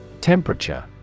Temperature